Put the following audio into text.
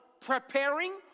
preparing